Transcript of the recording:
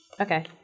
Okay